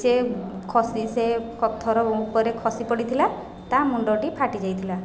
ସେ ଖସି ସେ ପଥର ଉପରେ ଖସି ପଡ଼ିଥିଲା ତା' ମୁଣ୍ଡଟି ଫାଟିଯାଇଥିଲା